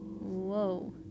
whoa